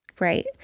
Right